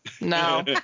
No